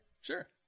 Sure